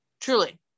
truly